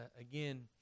again